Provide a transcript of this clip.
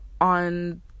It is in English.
on